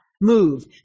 move